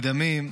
גדמים,